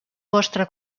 vostre